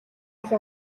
аль